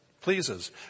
pleases